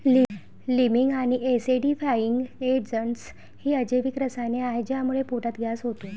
liming आणि acidifying agents ही अजैविक रसायने आहेत ज्यामुळे पोटात गॅस होतो